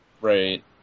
Right